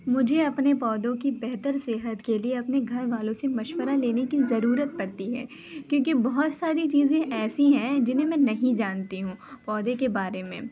مجھے اپنے پودوں کی بہتر صحت کے لیے اپنے گھر والوں سے مشورہ لینے کی ضرورت پڑتی ہے کیونکہ بہت ساری چیزیں ایسی ہیں جنہیں میں نہیں جانتی ہوں پودے کے بارے میں